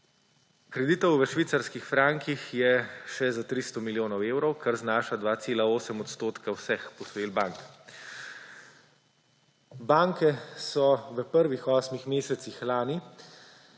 Kreditov v švicarskih frankih je še za 300 milijonov evrov, kar znaša 2,8 odstotka vseh posojil bank. Banke so v prvih osmih mesecih lani